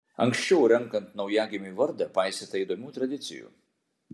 anksčiau renkant naujagimiui vardą paisyta įdomių tradicijų